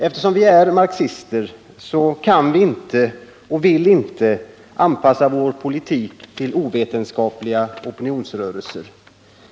Eftersom vi är marxister kan vi inte och vill vi inte anpassa vår politik till ovetenskapliga opinionsrörelser.